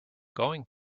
going